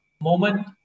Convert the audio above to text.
moment